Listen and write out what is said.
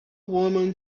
woman